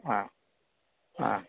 ആ ആ